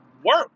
Work